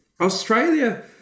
Australia